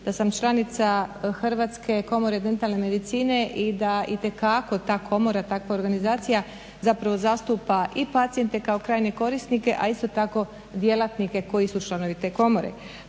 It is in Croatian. da sam članica Hrvatske komore dentalne medicine i da itekako ta komora, takva organizacija zapravo zastupa i pacijente kao krajnje korisnike, a isto tako djelatnike koji su članovi te komore.